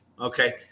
okay